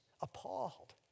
Appalled